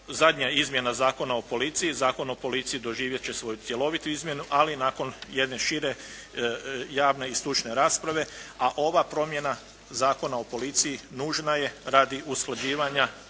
zadnja izmjena Zakona o policiji. Zakon o policiji doživjet će svoju cjelovitu izmjenu ali nakon jedne šire javne i stručne rasprave a ova promjena Zakona o policiji nužna je radi usklađivanja